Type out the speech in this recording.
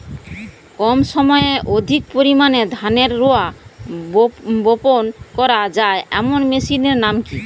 কম সময়ে অধিক পরিমাণে ধানের রোয়া বপন করা য়ায় এমন মেশিনের নাম কি?